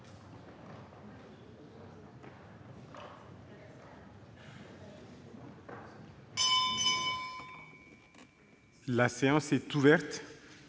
La séance est ouverte.